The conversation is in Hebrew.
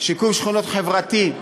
שיקום שכונות חברתי.